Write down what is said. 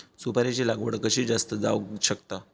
सुपारीची लागवड कशी जास्त जावक शकता?